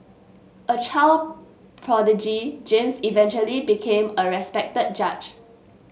a child prodigy James eventually became a respected judge